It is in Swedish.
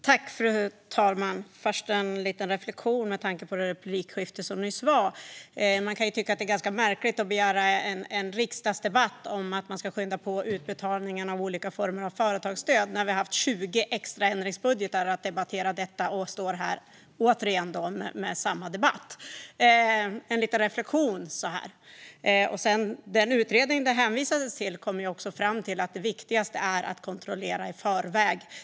Fru talman! Låt mig först göra en reflektion utifrån replikskiftet före mig. Det är lite märkligt att man begär en riksdagsdebatt om att skynda på utbetalningarna av olika former av företagsstöd när vi har haft 20 extra ändringsbudgetar då vi kunnat debattera det. Ändå står vi återigen här med samma debatt. Den utredning som hänvisades till kom ju dessutom fram till att det viktigaste är att göra kontroller i förväg.